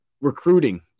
recruiting